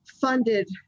funded